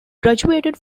graduated